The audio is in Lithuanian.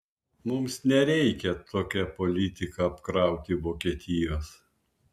mums nereikia tokia politika apkrauti vokietijos